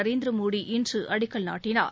நரேந்திரமோடி இன்று அடிக்கல் நாட்டினார்